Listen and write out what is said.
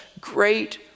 great